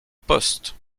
poste